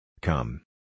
Come